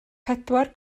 pedwar